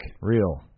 Real